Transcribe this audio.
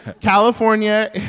California